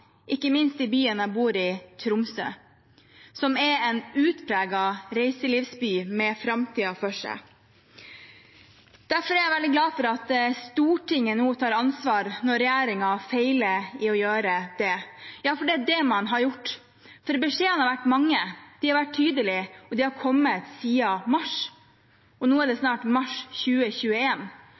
ikke minst i byen jeg bor i, Tromsø, som er en utpreget reiselivsby med framtiden foran seg. Derfor er jeg veldig glad for at Stortinget nå tar ansvar, når regjeringen feiler i å gjøre det. Ja, det er det man har gjort, for beskjedene har vært mange, de har vært tydelige, og de har kommet siden mars. Og nå er det snart mars